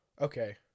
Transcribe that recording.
Okay